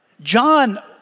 John